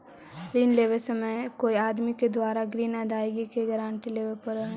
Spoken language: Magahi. ऋण लेवे समय कोई आदमी के द्वारा ग्रीन अदायगी के गारंटी लेवे पड़ऽ हई